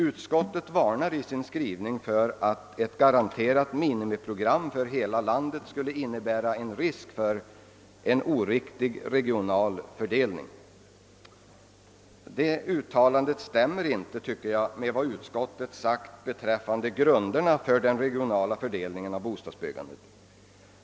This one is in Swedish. Utskottet varnar i sin skrivning för att ett garanterat minimiprogram för hela landet skulle innebära en risk för en oriktig regional fördelning. Detta uttalande stämmer inte med vad utskottet har yttrat beträffande grunderna för den regionala fördelningen av bostadsbyggandet.